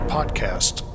Podcast